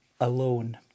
alone